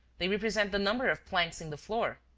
they represent the number of planks in the floor.